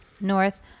North